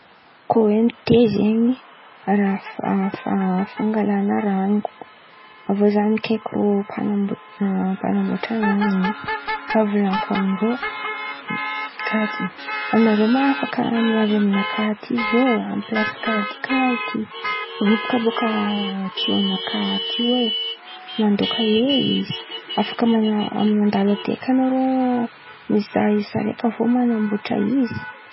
Koa hoe nite zen̈y raha fa- fa- fangalan̈a ran̈oko, avô zah mikaiky rô mpan̈amboatra raha in̈y. Raha volan̈iko amindrô karà ty: anarô ma afaka miavìa aminakà aty? Amin'ny plasy karà ty karà ty robaka bàka tiô nakà ato io ai mandoaka hely izy afaka ma-mandalo aty eky anarô mizaha izy saraiky avô manamboatra izy,